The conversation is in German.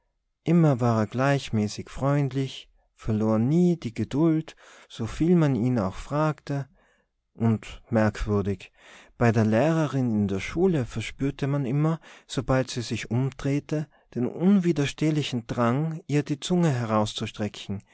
immer war er gleichmäßig freundlich verlor nie die geduld so viel man ihn auch fragte und merkwürdig bei der lehrerin in der schule verspürte man immer sobald sie sich umdrehte den unwiderstehlichen drang ihr die zunge herauszustrecken